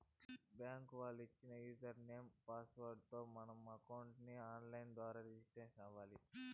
bank వాళ్ళు ఇచ్చిన user name, password లతో మనం అకౌంట్ ని ఆన్ లైన్ లో రిజిస్టర్ అవ్వాలి